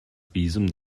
visum